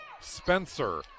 Spencer